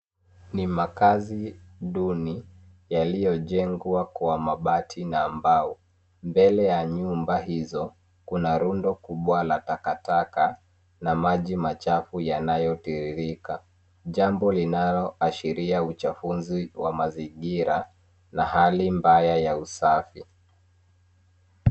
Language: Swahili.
Ni makazi duni yaliyojengwa kwa mabati na mbao. Mbele ya nyumba hizo kuna rundo kubwa la takataka na maji machafu yanayotiririka jambo linaloashiria uchafuzi wa mazingira na hali mbaya ya usafi.